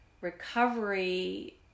recovery